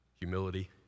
humility